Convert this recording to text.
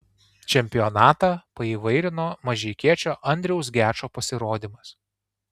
čempionatą paįvairino mažeikiečio andriaus gečo pasirodymas